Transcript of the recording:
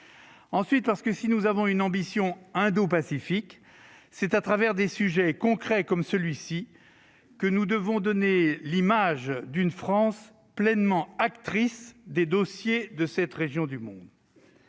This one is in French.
D'autre part, si nous avons une ambition indo-pacifique, c'est bien au travers de sujets concrets comme celui-ci que nous devons donner l'image d'une France pleinement actrice des dossiers de cette région du monde.